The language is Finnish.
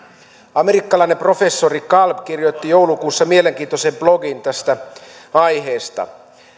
amerikkalainen professori kalb kirjoitti joulukuussa mielenkiintoisen blogin tästä aiheesta